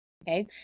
Okay